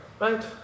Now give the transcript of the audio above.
right